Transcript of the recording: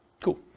Cool